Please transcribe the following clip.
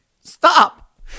stop